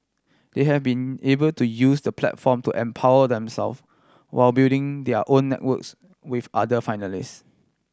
they have been able to use the platform to empower them self while building their own networks with other finalist